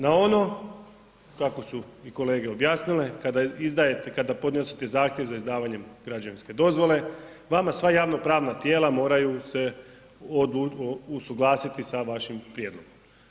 Na ono kako su kolege objasnile, kada izdajete, kada podnosite zahtjev za izdavanje građevinske dozvole vama sva javnopravna tijela moraju se usuglasiti sa vašim prijedlogom.